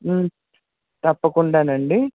తప్పకుండానండి